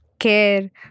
care